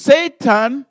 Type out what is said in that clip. Satan